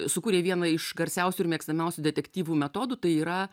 sukūrė vieną iš garsiausių ir mėgstamiausių detektyvų metodų tai yra